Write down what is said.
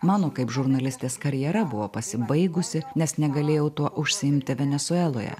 mano kaip žurnalistės karjera buvo pasibaigusi nes negalėjau tuo užsiimti venesueloje